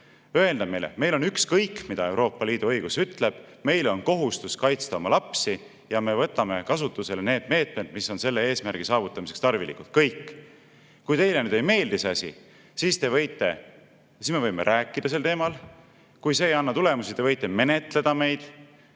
öelda, et meil on ükskõik, mida Euroopa Liidu õigus ütleb, meil on kohustus kaitsta oma lapsi ja me võtame kasutusele meetmed, mis on selle eesmärgi saavutamiseks tarvilikud. Kõik. Kui teile ei meeldi see asi, siis me võime rääkida sel teemal, ja kui see ei anna tulemusi, te võite menetleda meid,